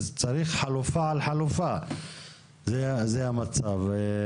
אז צריך חלופה על חלופה, זה המצב.